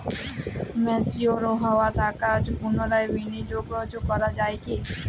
Mature হওয়া টাকা পুনরায় বিনিয়োগ করা য়ায় কি?